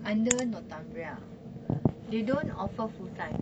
under northumbria they don't offer full time